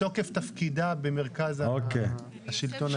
מתוקף תפקידה במרכז השלטון האזורי.